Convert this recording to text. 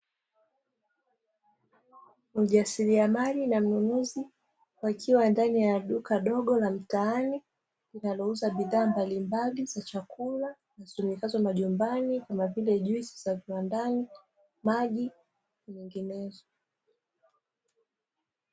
Mjasiriamali na mnunuzi wakiwa ndani ya duka dogo la mtaani, linalouza bidhaa mbalimbali za chakula zitumikazo majumbani kama vile juisi za viwandani, maji na nyinginezo.